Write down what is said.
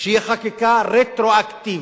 שהיא חקיקה רטרואקטיבית.